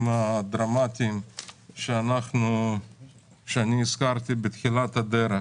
הדרמטיים שאני הזכרתי בתחילת הדרך